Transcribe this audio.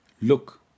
look